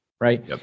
Right